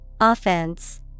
Offense